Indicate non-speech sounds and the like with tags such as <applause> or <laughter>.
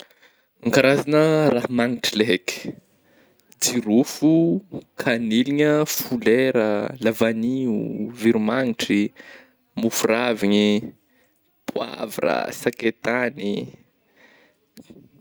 <noise> Karazagna raha magnitra le haiky jirôfo, kaneligna, folera, lavagnio, veromagnitry, mofo ravigny, pôavra, sakay tagny.